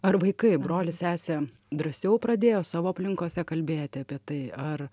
ar vaikai brolis sesė drąsiau pradėjo savo aplinkose kalbėti apie tai ar